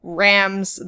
rams